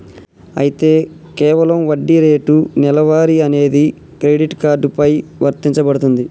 అయితే కేవలం వడ్డీ రేటు నెలవారీ అనేది క్రెడిట్ కార్డు పై వర్తించబడుతుంది